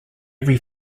every